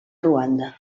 ruanda